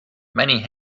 many